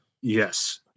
Yes